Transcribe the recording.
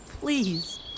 Please